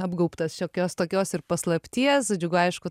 apgaubtas šiokios tokios ir paslapties džiugu aišku